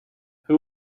who